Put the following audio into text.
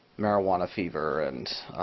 marijuana fever and